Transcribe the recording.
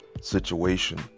situation